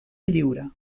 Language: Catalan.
lliure